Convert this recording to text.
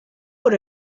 por